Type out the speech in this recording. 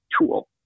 tool